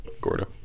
Gordo